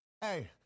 Hey